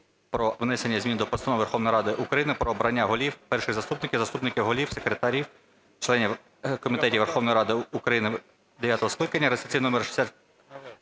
Дякую.